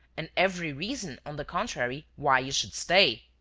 and every reason, on the contrary, why you should stay.